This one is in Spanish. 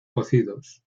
cocidos